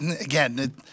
again